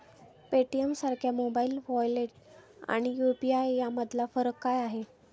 पेटीएमसारख्या mobile wallet आणि UPI यामधला फरक काय आहे?